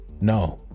No